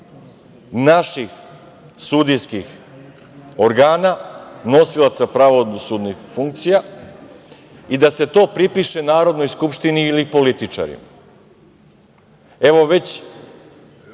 naših sudijskih organa, nosilaca pravosudnih funkcija i da se to pripiše Narodnoj skupštini ili političarima. Već